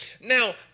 Now